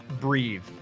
breathe